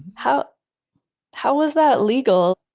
how how was that legal?